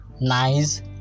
nice